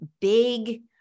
big